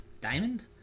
diamond